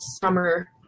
summer